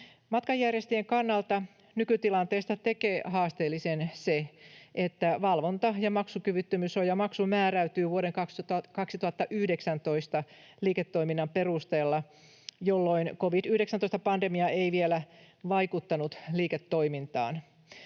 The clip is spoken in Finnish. Matkanjärjestäjien kannalta nykytilanteesta tekee haasteellisen se, että valvonta- ja maksukyvyttömyyssuojamaksu määräytyy vuoden 2019 liiketoiminnan perusteella, jolloin covid-19-pandemia ei vielä vaikuttanut liiketoimintaan.